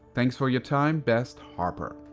thanks for your time. best, harper.